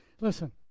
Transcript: listen